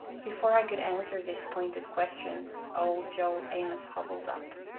before i could answer this pointed question, old joel amos hobbled up,